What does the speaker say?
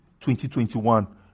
2021